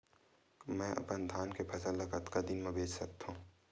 मैं अपन धान के फसल ल कतका दिन म बेच सकथो?